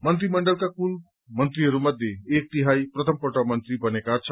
मन्त्रीमण्डलका कुल मन्त्रीहरूमध्ये एक तिहाई प्रथमपल्ट मन्त्री बनेका छन्